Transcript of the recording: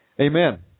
Amen